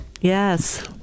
Yes